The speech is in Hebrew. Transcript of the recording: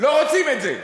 לא רוצים את זה.